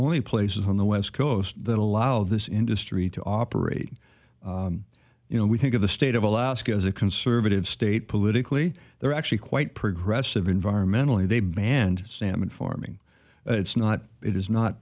only places on the west coast that allow this industry to operate you know we think of the state of alaska as a conservative state politically they're actually quite progressive environmentally they banned salmon farming it's not it is not